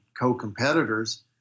co-competitors